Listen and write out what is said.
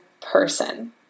person